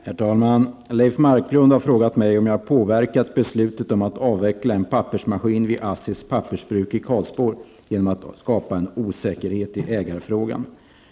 Herr talman! Leif Marklund har frågat mig om jag påverkat beslutet om att avveckla en pappersmaskin vid ASSIs pappersbruk i Karlsborg genom att skapa en osäkerhet i ägarfrågan.